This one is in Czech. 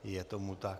Je tomu tak.